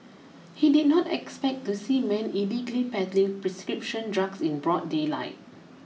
he did not expect to see men illegally peddling prescription drugs in broad daylight